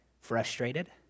frustrated